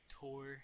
Tour